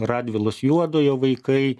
radvilos juodojo vaikai